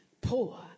poor